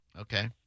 Okay